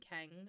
King